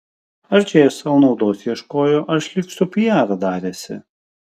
ar čia jie sau naudos ieškojo ar šlykštų piarą darėsi